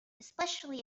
especially